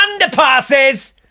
underpasses